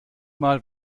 mal